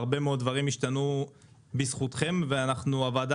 והרבה מאוד דברים השתנו בזכותכם והוועדה